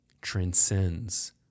transcends